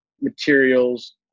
materials